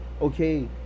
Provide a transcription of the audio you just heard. okay